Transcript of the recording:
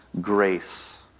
grace